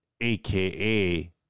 aka